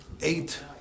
eight